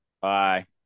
Bye